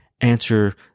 answer